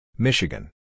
Michigan